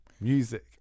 music